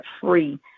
free